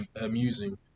amusing